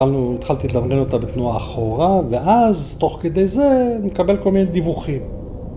התחלתי לדבר עם אותה בתנועה אחורה, ואז תוך כדי זה נקבל כל מיני דיווחים.